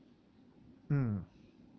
mm